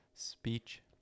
speech